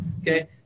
Okay